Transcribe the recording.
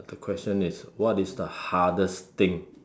the question is what is the hardest thing